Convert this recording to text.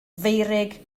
feurig